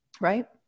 Right